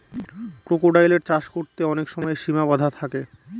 ক্রোকোডাইলের চাষ করতে অনেক সময় সিমা বাধা থাকে